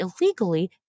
illegally